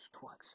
twice